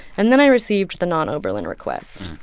and then i received the non-oberlin request,